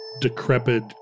decrepit